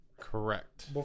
correct